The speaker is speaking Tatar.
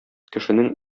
кешенең